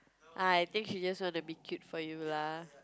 I think she just want to be cute for you lah